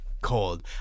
cold